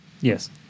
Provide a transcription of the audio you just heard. yes